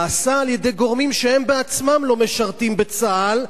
נעשה על-ידי גורמים שהם בעצמם לא משרתים בצה"ל,